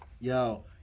Yo